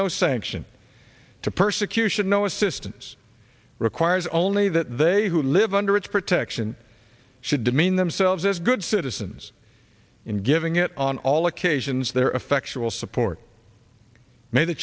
no sanction to persecution no assistance requires only that they who live under its protection should demean themselves as good citizens in giving it on all occasions their effectual support may the